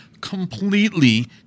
completely